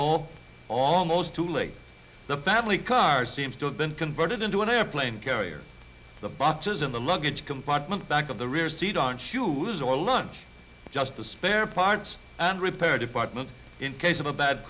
or almost too late the family car seems to have been converted into an airplane carrier the boxes in the luggage compartment back of the rear seat on shoes or lunch just the spare parts and repair department in case of a bad